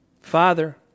Father